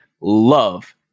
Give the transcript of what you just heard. love